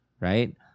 right